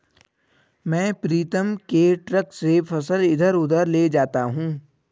मैं प्रीतम के ट्रक से फसल इधर उधर ले जाता हूं